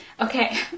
Okay